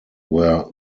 were